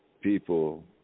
people